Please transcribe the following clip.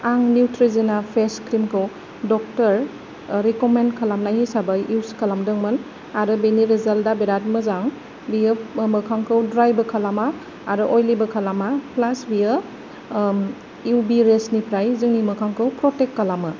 आं Neutrogena face क्रिमखौ doctor recommend खालामनाय हिसाबै इउस खालामदोंमोन आरो बेनि रिजाल्टआ बेराद मोजां बियो मोखांखौ ड्रायबो खालामा आरो अयलिबो खालामा प्लास बियो इउ बि रेसनिफ्राय जोंनि मोखांखौ प्रटेक्ट खालामो